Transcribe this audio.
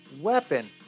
weapon